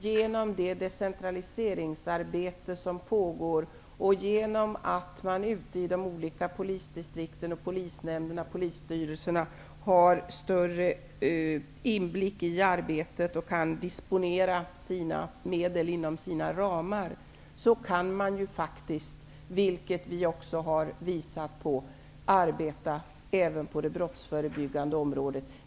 Genom det decentraliseringsarbete som pågår -- och genom att man ute i de olika polisdistrikten, polisnämnderna och polisstyrelserna har större inblick i arbetet och kan disponera medel inom sina ramar -- kan man, vilket vi också har visat på, arbeta även på det brottsförebyggande området.